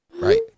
Right